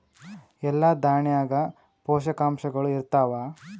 ಎಲ್ಲಾ ದಾಣ್ಯಾಗ ಪೋಷಕಾಂಶಗಳು ಇರತ್ತಾವ?